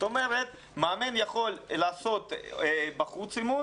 מאמן יכול לעשות בחוץ אימון.